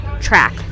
track